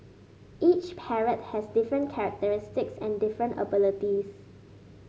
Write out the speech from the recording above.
each parrot has different characteristics and different abilities